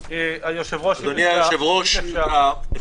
הקבוצה הראשונה של 50 או 100 או 200 איש מהעיר,